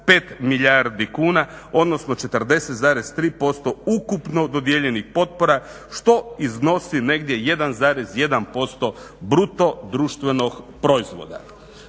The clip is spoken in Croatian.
3,5 milijardi kuna, odnosno 40,3% ukupno dodijeljenih potpora što iznosi negdje 1,1% bruto društvenog proizvoda.